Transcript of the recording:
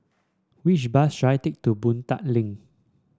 which bus should I take to Boon Tat Link